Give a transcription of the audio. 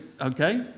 okay